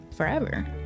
forever